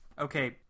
Okay